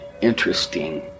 interesting